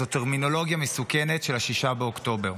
זו טרמינולוגיה מסוכנת של 6 באוקטובר.